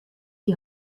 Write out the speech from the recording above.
die